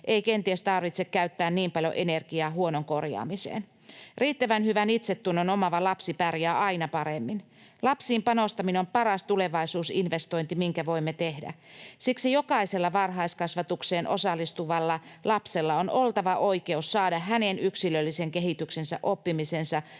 ei kenties tarvitse käyttää niin paljon energiaa huonon korjaamiseen. Riittävän hyvän itsetunnon omaava lapsi pärjää aina paremmin. Lapsiin panostaminen on paras tulevaisuusinvestointi, minkä voimme tehdä. Siksi jokaisella varhaiskasvatukseen osallistuvalla lapsella on oltava oikeus saada hänen yksilöllisen kehityksensä, oppimisensa